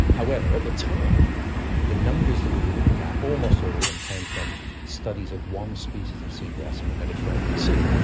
however, at the time the numbers that we were looking at, almost all of them and came from studies of one species of seagrass in the mediterranean sea,